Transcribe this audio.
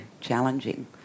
challenging